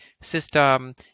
system